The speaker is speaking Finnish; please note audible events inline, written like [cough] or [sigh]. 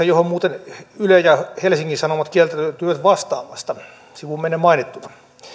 [unintelligible] johon muuten yle ja helsingin sanomat kieltäytyivät vastaamasta sivumennen mainittuna